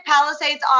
Palisades